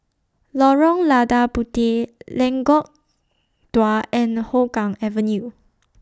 Lorong Lada Puteh Lengkok Dua and Hougang Avenue